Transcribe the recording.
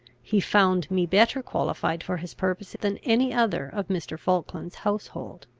he found me better qualified for his purpose than any other of mr. falkland's household.